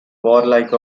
warlike